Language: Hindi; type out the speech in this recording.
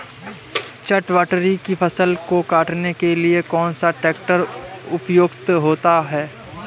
चटवटरी की फसल को काटने के लिए कौन सा ट्रैक्टर उपयुक्त होता है?